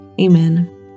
Amen